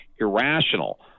irrational